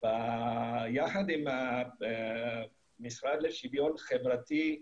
ויחד עם המשרד לשוויון חברתי,